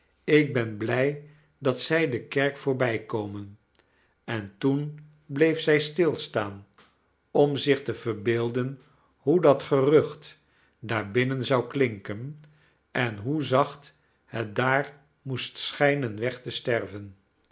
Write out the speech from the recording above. ik ben bhj dat zij de kerk voorbijkomen en toen bleef zij stilstaan om zich te verbeelden hoe dat gerucht daarbinnen zou klinken en hoe zacht het daar moest schijnen weg te sterven